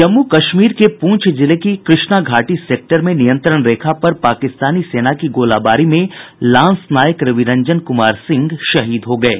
जम्मू कश्मीर के प्रंछ जिले के कृष्णा घाटी सेक्टर में नियंत्रण रेखा पर पाकिस्तानी सेना की गोलाबारी में लांसनायक रविरंजन कुमार सिंह शहीद हो गये